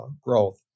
growth